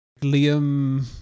Liam